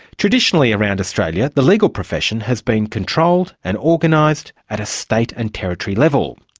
traditionally around australia the legal profession has been controlled and organised at a state and territory level.